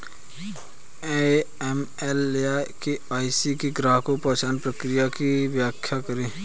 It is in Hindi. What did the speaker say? ए.एम.एल या के.वाई.सी में ग्राहक पहचान प्रक्रिया की व्याख्या करें?